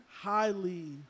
Highly